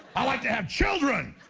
i like to have children!